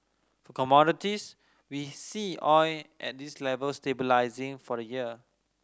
for commodities we see oil at this level stabilising for the year